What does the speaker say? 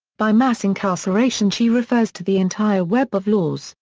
by mass incarceration she refers to the entire web of laws,